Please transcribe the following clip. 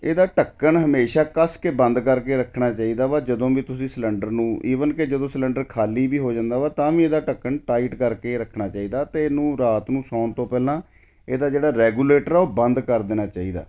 ਇਹਦਾ ਢੱਕਣ ਹਮੇਸ਼ਾ ਕੱਸ ਕੇ ਬੰਦ ਕਰਕੇ ਰੱਖਣਾ ਚਾਹੀਦਾ ਵਾ ਜਦੋਂ ਵੀ ਤੁਸੀਂ ਸਿਲਿੰਡਰ ਨੂੰ ਈਵਨ ਕਿ ਜਦੋਂ ਸਿਲਿੰਡਰ ਖਾਲੀ ਵੀ ਹੋ ਜਾਂਦਾ ਵਾ ਤਾਂ ਵੀ ਇਹਦਾ ਢੱਕਣ ਟਾਈਟ ਕਰਕੇ ਰੱਖਣਾ ਚਾਹੀਦਾ ਅਤੇ ਇਹਨੂੰ ਰਾਤ ਨੂੰ ਸੌਣ ਤੋਂ ਪਹਿਲਾਂ ਇਹਦਾ ਜਿਹੜਾ ਰੈਗੂਲੇਟਰ ਆ ਉਹ ਬੰਦ ਕਰ ਦੇਣਾ ਚਾਹੀਦਾ